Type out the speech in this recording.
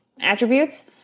attributes